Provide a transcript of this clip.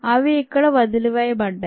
అవి ఇక్కడ వదిలి వేయబడ్డాయి